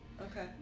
Okay